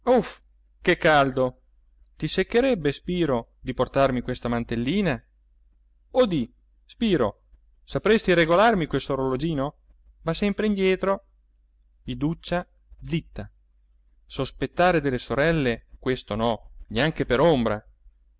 che caldo ti seccherebbe spiro di portarmi questa mantellina oh di spiro sapresti regolarmi quest'orologino va sempre indietro iduccia zitta sospettare delle sorelle questo no neanche per ombra